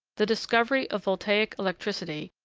the discovery of voltaic electricity,